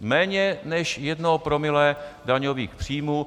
Méně než jedno promile daňových příjmů.